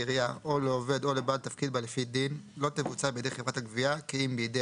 לא תבוצע בידי חברת הגבייה כי אם בידי